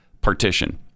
partition